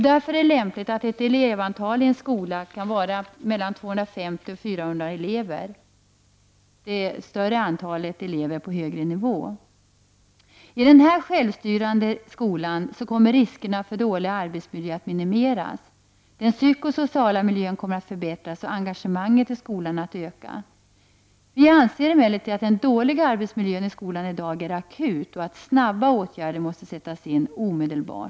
Därför är det lämpligt att elevantalet i en skola är mellan 250 och 400 elever — det större antalet elever på högre nivå. I denna självstyrande skola kommer riskerna för dålig arbetsmiljö att minimeras. Den psykosociala miljön kommer att förbättras och engagemanget i skolan att öka. Vi anser emellertid att den dåliga arbetsmiljön i skolan i dag är akut och att snabba åtgärder måste sättas in omedelbart.